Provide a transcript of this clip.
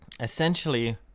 Essentially